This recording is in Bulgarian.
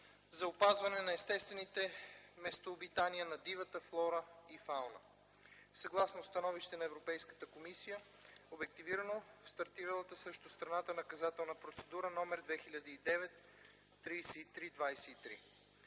за опазване на естествените местообитания на дивата флора и фауна, съгласно становище на Европейската комисия, обективирано в стартирала срещу страната наказателна процедура № 2009/3323.